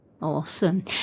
Awesome